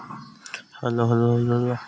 का करना जरूरी हवय?